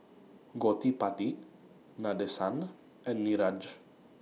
Gottipati Nadesan and Niraj